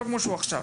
לא כמו שהוא עכשיו.